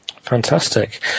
fantastic